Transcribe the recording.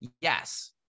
yes